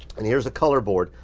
and here's a color board,